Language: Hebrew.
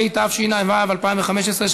והיא עוברת לדיון בוועדת הפנים והגנת הסביבה של הכנסת.